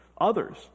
others